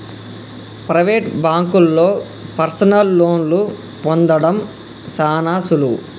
private బాంకుల్లో personal లోన్లు పొందడం సాన సులువు